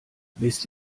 wisst